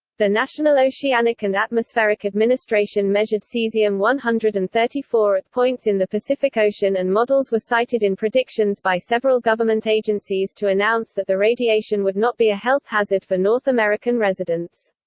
the national oceanic and atmospheric administration measured caesium one hundred and thirty four at points in the pacific ocean and models were cited in predictions by several government agencies to announce that the radiation would not be a health hazard for north american residents.